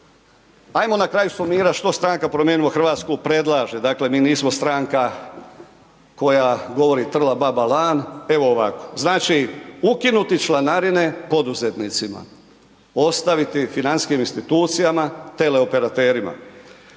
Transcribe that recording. ajmo na kraju sumirat što Stranka promijenimo Hrvatsku predlaže, dakle, mi nismo stranka koja govori trla baba lan, evo ovako, znači, ukinuti članarine poduzetnicima, ostaviti financijskim institucijama, teleoperatima,